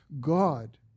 God